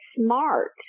smart